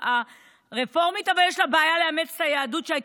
באייר התשפ"ב,